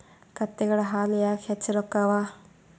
ಕತ್ತೆಗಳ ಹಾಲ ಯಾಕ ಹೆಚ್ಚ ರೊಕ್ಕ ಅವಾ?